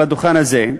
על הדוכן הזה,